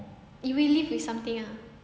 you will leave with something ah